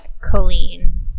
Colleen